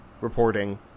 reporting